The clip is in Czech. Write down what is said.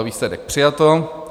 Výsledek: přijato.